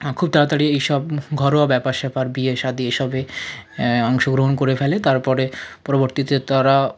হাঁ খুব তাড়াতাড়ি এইসব ঘরোয়া ব্যাপার স্যাপার বিয়ে সাদি এইসবে অংশগ্রহণ করে ফেলে তারপরে পরবর্তীতে তারা